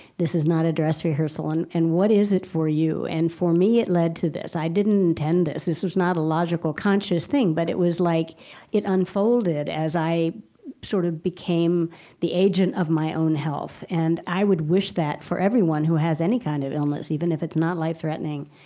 this is not a dress rehearsal. and and what is it for you? and, for me, it led to this. i didn't intend this. this was not a logical conscious thing, but it was like it unfolded as i sort of became the agent of my own health. and i would wish that for everyone who has any kind of illness, even if it's not life-threatening,